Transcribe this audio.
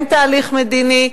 כן תהליך מדיני,